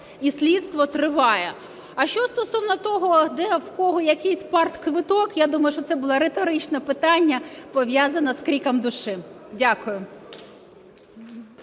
і слідство триває. А що стосовно того, де в кого якийсь партквиток, я думаю, що це було риторичне питання, пов'язане з криком души. Дякую.